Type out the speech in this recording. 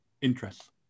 interests